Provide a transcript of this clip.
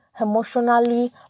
emotionally